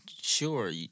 sure